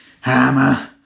hammer